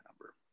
number